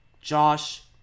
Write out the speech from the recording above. Josh